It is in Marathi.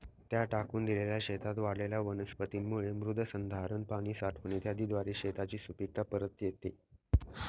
त्या टाकून दिलेल्या शेतात वाढलेल्या वनस्पतींमुळे मृदसंधारण, पाणी साठवण इत्यादीद्वारे शेताची सुपीकता परत येते